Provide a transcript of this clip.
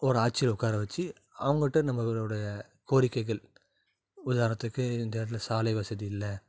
ஒரு ஆட்சியில் உட்கார வச்சு அவங்கட்ட நம்மளுடைய கோரிக்கைகள் உதாரணத்துக்கு இந்த இடத்துல சாலை வசதி இல்லை